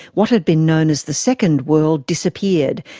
what had been known as the second world disappeared,